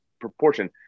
proportion